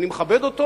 אני מכבד אותו.